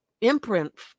imprint